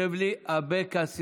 שכותב לי, "אבקסיס".